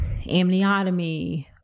amniotomy